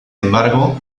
embargo